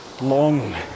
long